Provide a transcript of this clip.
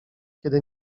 kiedy